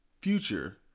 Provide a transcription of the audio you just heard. future